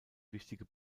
wichtige